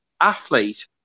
athlete